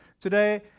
today